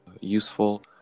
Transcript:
useful